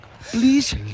Please